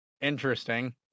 interesting